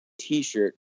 t-shirt